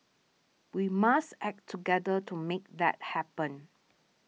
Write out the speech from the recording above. we must act together to make that happen